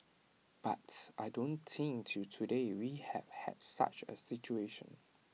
but I don't think till today we have had such A situation